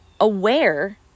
aware